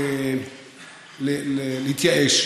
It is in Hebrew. להתייאש.